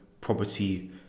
property